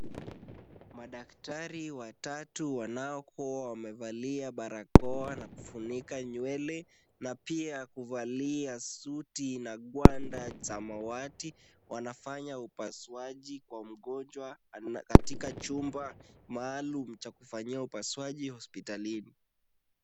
Madaktari watatu wanaokuwa wamevalia barakoa na kufunika nywele na pia kuvalia suti na ngwanda samawati, wanafanya upasuaji kwa mgonjwa katika chumba maalum cha kufanyia upasuaji hospitalini.